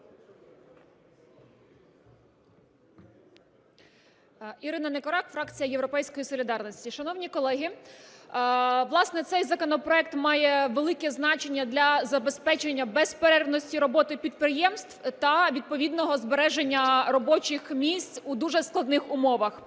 Ірина Никорак, фракція "Європейська солідарність". Шановні колеги, власне, цей законопроект має велике значення для забезпечення безперервності роботи підприємств та відповідного збереження робочих місць у дуже складних умовах.